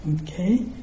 Okay